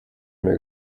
mehr